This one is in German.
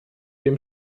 dem